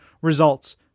results